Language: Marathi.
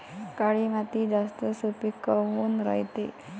काळी माती जास्त सुपीक काऊन रायते?